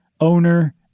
owner